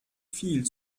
viel